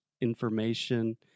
information